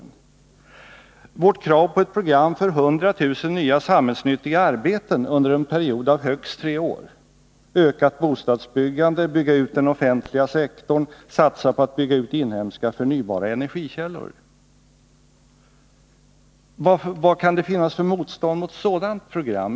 Vi har fört fram krav på ett program för 100 000 nya samhällsnyttiga arbeten under en period av högst tre år, ökat bostadsbyggande, en utbyggnad av den offentliga sektorn och en satsning på inhemska förnybara energikällor. Vad kan det finnas för motstånd mot ett sådant program?